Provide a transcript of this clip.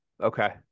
Okay